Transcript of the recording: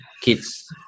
kids